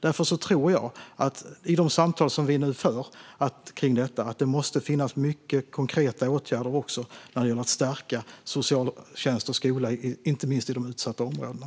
Därför tror jag att det i de samtal som vi nu för om detta måste finnas mycket av konkreta åtgärder när det gäller att stärka socialtjänst och skola, inte minst i de utsatta områdena.